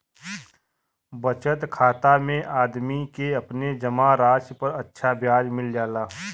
बचत खाता में आदमी के अपने जमा राशि पर अच्छा ब्याज मिल जाला